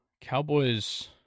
Cowboys